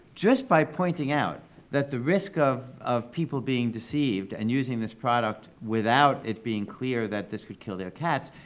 just by pointing out that the risk of of people being deceived and using this product without it being clear that this would kill their cats,